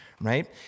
right